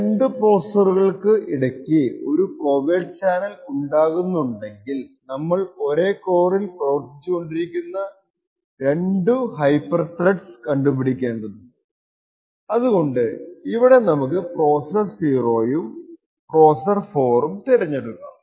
രണ്ടു പ്രൊസസ്സറുകൾക്കു ഇടയ്ക്കു ഒരു കോവേർട്ട് ചാനൽ ഉണ്ടാകുന്നുണ്ടെങ്കിൽ നമ്മൾ ഒരേ കോറിൽ പ്രവർത്തിച്ചുകൊണ്ടിരിക്കുന്ന രണ്ടു രണ്ടു ഹൈപ്പർ ത്രെഡ്സ് കണ്ടുപിടിക്കേണ്ടതുണ്ട് അതുകൊണ്ട് ഇവിടെ നമുക്ക് പ്രോസെസ്സർ 0 ഉം പ്രോസെസ്സർ 4 ഉം തിരഞ്ഞെടുക്കാം